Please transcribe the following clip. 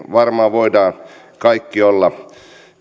varmaan voimme kaikki olla